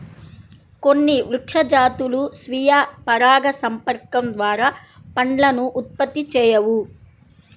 కొన్ని వృక్ష జాతులు స్వీయ పరాగసంపర్కం ద్వారా పండ్లను ఉత్పత్తి చేయవు